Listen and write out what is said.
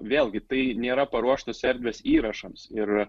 vėlgi tai nėra paruoštos erdvės įrašams ir